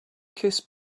kiss